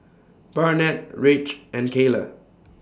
Barnett Ridge and Kayla